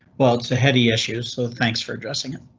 well, it's a heavy issues, so thanks for addressing it.